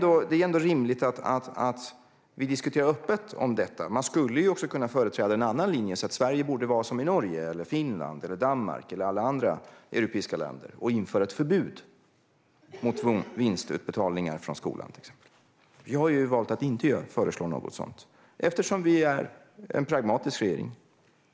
Det är ändå rimligt att vi diskuterar detta öppet. Man skulle kunna företräda en annan linje och säga att Sverige borde göra som Norge, Finland, Danmark eller alla andra europeiska länder och införa ett förbud mot vinstutbetalningar från skolan till exempel. Vi har valt att inte föreslå något sådant, eftersom vi är en pragmatisk regering